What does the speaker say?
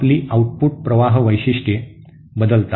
आपली आउटपुट प्रवाह वैशिष्ट्ये बदलतात